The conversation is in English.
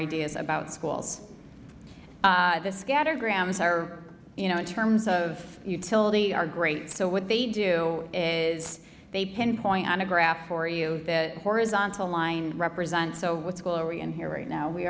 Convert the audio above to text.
ideas about schools the scatter grams are you know in terms of utility are great so what they do is they pinpoint on a graph for you the horizontal line represents so what school are we in here right now we